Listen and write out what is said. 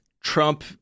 Trump